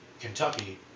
Kentucky